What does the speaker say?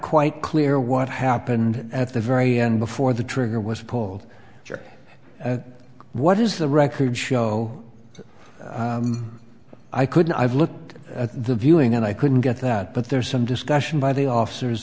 quite clear what happened at the very end before the trigger was pulled what is the record show i couldn't i've looked at the viewing and i couldn't get that but there's some discussion by the officers